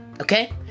Okay